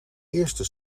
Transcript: eerste